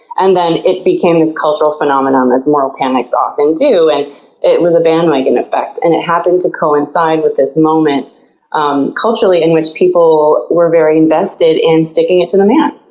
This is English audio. and then it became this cultural phenomenon as moral panics often do, and it was a bandwagon effect. and it happened to coincide with this moment culturally in which people were very invested in sticking it to the man,